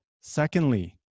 Secondly